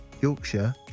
Yorkshire